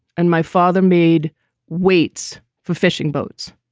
and my father made weights for fishing boats.